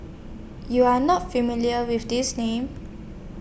YOU Are not familiar with These Names